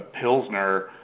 Pilsner